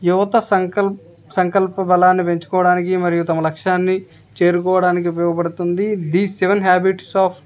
యువత సంకల్ సంకల్ప బలాన్ని పెంచుకోవడానికి మరియు తమ లక్ష్యాన్ని చేరుకోవడానికి ఉపయోగపడుతుంది ది సెవెన్ హ్యాబిట్స్ ఆఫ్